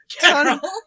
Carol